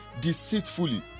deceitfully